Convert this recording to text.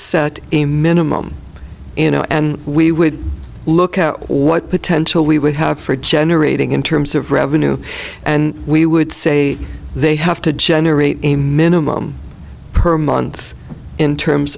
set a minimum and we would look at what potential we would have for generating in terms of revenue and we would say they have to generate a minimum per month in terms